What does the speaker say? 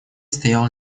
стоял